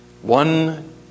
one